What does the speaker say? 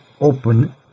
open